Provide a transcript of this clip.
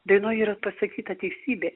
dainoj yra pasakyta teisybė